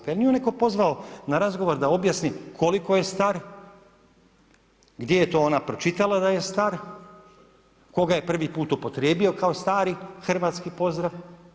Pa je li nju netko pozvao na razgovor da objasni koliko je star, gdje je to ona pročitala da je star, tko ga je prvi put upotrijebio kao stari hrvatski pozdrav.